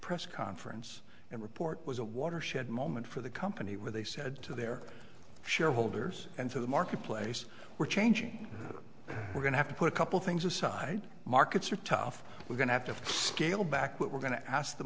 press conference report was a watershed moment for the company where they said to their shareholders and to the marketplace we're changing them we're going to have to put a couple things aside markets are tough we're going to have to scale back what we're going to ask the